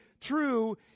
true